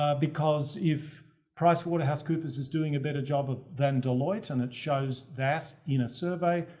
ah because if price water house corpus is doing a better job of them deloitte and it shows that in a survey.